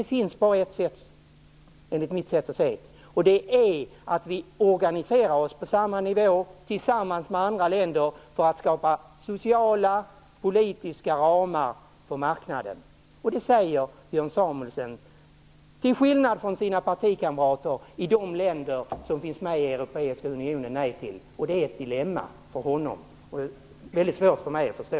Det finns bara ett sätt, som jag ser det, och det är att vi organiserar oss på samma nivå tillsammans med andra länder för att skapa sociala och politiska ramar för marknaden. Det säger Björn Samuelson, till skillnad från sina partikamrater i de länder som finns med i den Europeiska unionen, nej till. Det är ett dilemma för honom och väldigt svårt för mig att förstå.